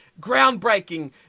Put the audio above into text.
groundbreaking